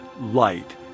Light